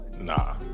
Nah